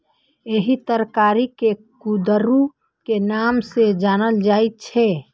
एहि तरकारी कें कुंदरू के नाम सं जानल जाइ छै